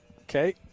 Okay